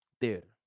Theater